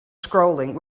scrolling